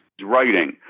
writing